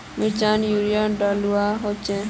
मिर्चान यूरिया डलुआ होचे?